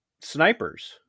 snipers